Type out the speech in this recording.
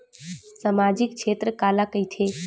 सामजिक क्षेत्र काला कइथे?